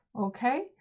okay